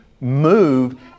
move